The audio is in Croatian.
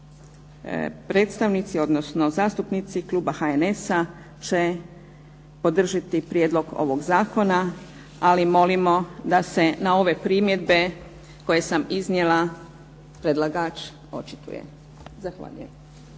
jedanput zastupnici Kluba HNS-a će podržati ovaj Prijedlog zakona ali molim da se na ove primjedbe koje sam iznijela predlagač očituje. Zahvaljujem.